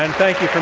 and thank you from